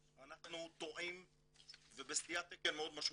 אנחנו טועים ובסטיית תקן מאוד משמעותית.